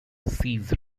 sees